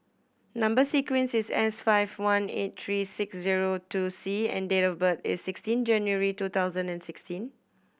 number sequence is S five one eight three six zero two C and date of birth is sixteen January two thousand and sixteen